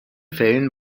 fällen